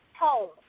home